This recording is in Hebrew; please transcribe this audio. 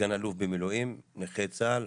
סגן אלוף במילואים, נכה צה"ל,